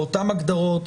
באותם הגדרות,